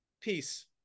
peace